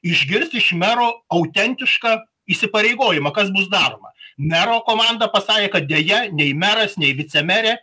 išgirsti iš mero autentišką įsipareigojimą kas bus daroma mero komanda pasakė kad deja nei meras nei vicemerė